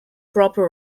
proper